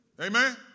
Amen